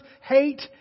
hate